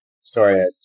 story